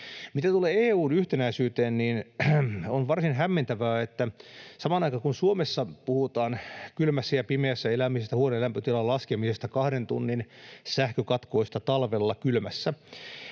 Mitä tulee EU:n yhtenäisyyteen, niin on varsin hämmentävää, että kun Suomessa puhutaan kylmässä ja pimeässä elämisestä, huonelämpötilan laskemisesta ja kahden tunnin sähkökatkoista talvella kylmässä,